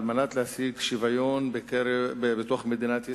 על מנת להשיג שוויון בתוך מדינת ישראל,